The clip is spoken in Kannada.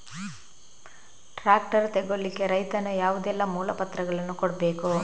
ಟ್ರ್ಯಾಕ್ಟರ್ ತೆಗೊಳ್ಳಿಕೆ ರೈತನು ಯಾವುದೆಲ್ಲ ಮೂಲಪತ್ರಗಳನ್ನು ಕೊಡ್ಬೇಕು?